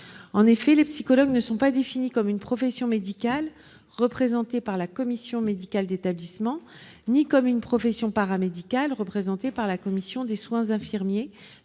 En effet, les psychologues ne sont pas définis comme appartenant à une profession médicale, représentée par la commission médicale d'établissement, ou à une profession paramédicale, représentée par la commission des soins infirmiers,